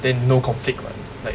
then no conflict [what] like